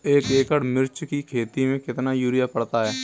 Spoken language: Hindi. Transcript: एक एकड़ मिर्च की खेती में कितना यूरिया पड़ता है?